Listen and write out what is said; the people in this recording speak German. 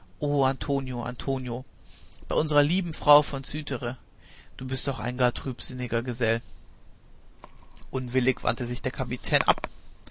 antonio bei unserer lieben frau von cythere du bist doch ein gar zu trübseliger gesell unwillig wandte sich der kapitän ab